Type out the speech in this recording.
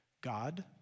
God